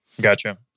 Gotcha